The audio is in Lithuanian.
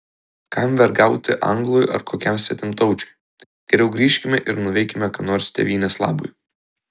kam vergauti anglui ar kokiam svetimtaučiui geriau grįžkime ir nuveikime ką nors tėvynės labui